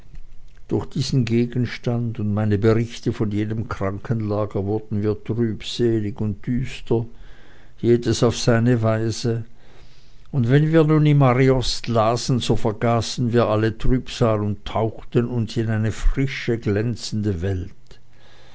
durch diesen gegenstand und meine berichte von jenem krankenlager wurden wir trübselig und düster jedes auf seine weise und wenn wir nun im ariost lasen so vergaßen wir alle trübsal und tauchten uns in eine frische glänzende welt